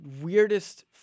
weirdest